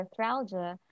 arthralgia